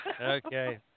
Okay